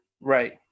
right